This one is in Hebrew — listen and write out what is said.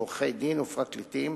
עורכי-דין ופרקליטים